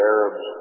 Arabs